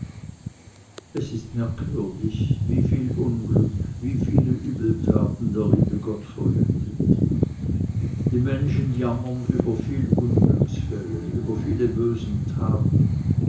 es ist merkwürdig wie viel unglück wie viele übeltaten der liebe gott verhütet die menschen jammern über viele unglücksfälle über viele böse taten